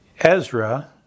Ezra